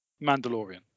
Mandalorian